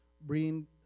bring